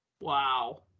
Wow